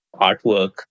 artwork